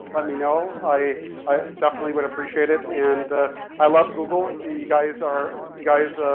let me know. i i definitely would appreciate it and i love google. you guys are, you guys,